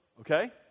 okay